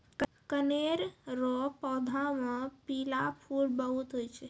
कनेर रो पौधा मे पीला फूल बहुते हुवै छै